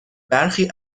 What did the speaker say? برخی